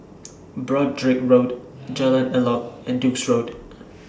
Broadrick Road Jalan Elok and Duke's Road